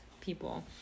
people